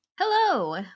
Hello